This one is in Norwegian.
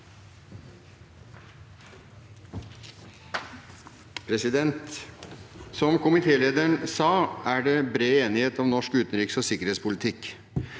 Som komitéle- deren sa, er det bred enighet om norsk utenriks- og sikkerhetspolitikk,